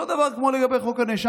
אותו דבר לגבי חוק הנאשם,